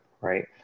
right